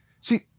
See